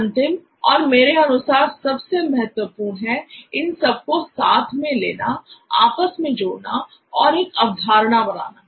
अंतिम और मेरे अनुसार सबसे महत्वपूर्ण है इन सब को साथ में लेना आपस में जोड़ना और एक अवधारणा बनाना